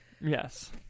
Yes